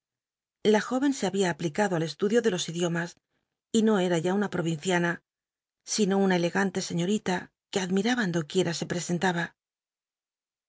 la jó cn se habia aplicado al estudio de los idiomas y no era ya una provinciana sino una elegan te seliorila que admiraban do quiera se presentaba